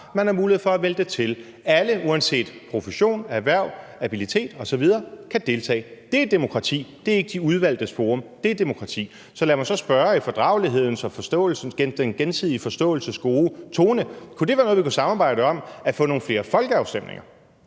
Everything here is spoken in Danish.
man har mulighed for at vælge det til. Alle uanset profession, erhverv, abilitet osv. kan deltage. Det er demokrati. Det er ikke de udvalgtes forum. Det er demokrati. Så lad mig så spørge i fordragelighed og i den gensidige forståelses gode tone: Kunne det være noget, vi kunne samarbejde om: at få nogle flere folkeafstemninger?